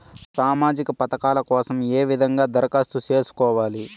సామాజిక పథకాల కోసం ఏ విధంగా దరఖాస్తు సేసుకోవాలి